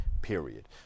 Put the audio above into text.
period